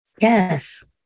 Yes